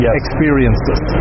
experiences